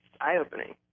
eye-opening